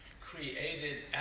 created